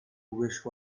wish